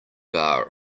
bar